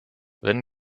wenn